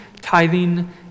tithing